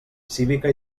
cívica